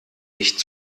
nicht